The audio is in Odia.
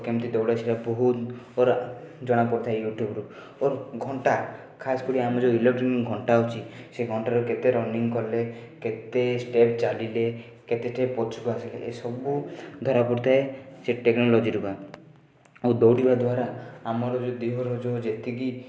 ଆଉ କେମିତି ଦୌଡ଼ା ଷ୍ଟେପ୍ ବହୁତ୍ ପରା ଜଣା ପଡ଼ିଥାଏ ୟୁଟ୍ୟୁବ୍ରୁ ଓ ଘଣ୍ଟା ଖାସ୍ କରି ଆମର ଯେଉଁ ଇଲୋକ୍ଟ୍ରନିକ୍ ଘଣ୍ଟା ଅଛି ସେ ଘଣ୍ଟାରେ କେତେ ରନିଂ କଲେ କେତେ ଷ୍ଟେପ୍ ଚାଲିଲେ କେତେ ଷ୍ଟେପ୍ ପଛକୁ ଆସିଲେ ଏସବୁ ଧରା ପଡ଼ିଥାଏ ସେ ଟେକ୍ନୋଲୋଜିରୁ ବା ଓ ଦୌଡ଼ିବା ଦ୍ଵାରା ଆମର ଯେଉଁ ଦେହର ଯେଉଁ ଯେତିକି